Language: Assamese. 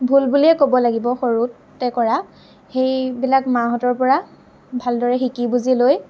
ভুল বুলিয়ে ক'ব লাগিব সৰুতে কৰা সেইবিলাক মাহতঁৰ পৰা ভালদৰে শিকি বুজিলৈ